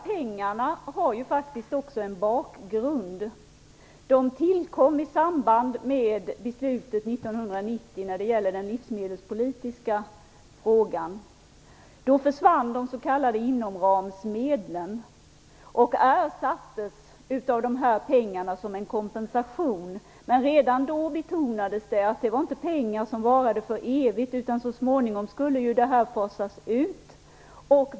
Pengarna tillkom ju i samband med det livsmedelspolitiska beslutet 1990. Då försvann de s.k. inomramsmedlen och ersattes av de här pengarna som en kompensation. Men redan då betonades att det inte var pengar som varade för evigt, utan så småningom skulle en utfasning ske.